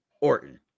Orton